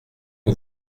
que